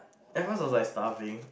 at first was like starving